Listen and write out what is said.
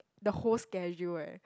the whole schedule eh